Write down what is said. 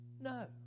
No